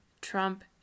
Trump